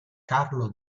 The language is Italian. carlo